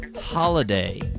Holiday